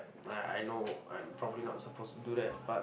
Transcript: I I know I'm probably not supposed to do that but